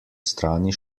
strani